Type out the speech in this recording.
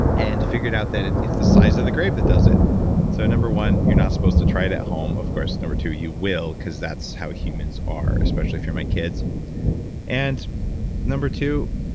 and figured out that it's it's the size of the group that does it so, number one, you're not supposed to try that home. of course, number two, two, you will cause that's how humans are, especially if you're my kids and number two,